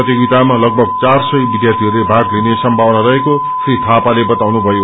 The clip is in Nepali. प्रतियोगितामा लगभग चार ससय विध्यार्तिहरूले भागलिने संभावना रहेको श्री थापाले बताउनुभयो